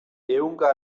ehunka